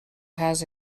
has